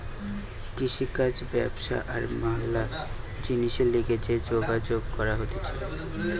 কৃষিকাজ ব্যবসা আর ম্যালা জিনিসের লিগে যে যোগাযোগ করা হতিছে